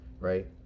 right